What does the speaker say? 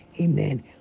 Amen